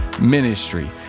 ministry